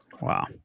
Wow